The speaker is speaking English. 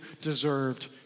deserved